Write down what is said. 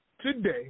today